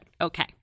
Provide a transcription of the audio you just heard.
Okay